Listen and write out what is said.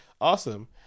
awesome